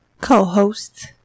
Co-host